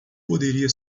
poderia